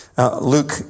Luke